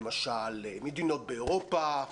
למשל מדינות באירופה וכו'.